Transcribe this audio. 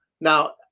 Now